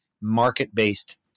market-based